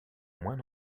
moins